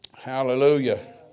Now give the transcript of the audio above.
hallelujah